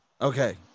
okay